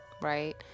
right